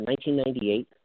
1998